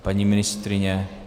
Paní ministryně?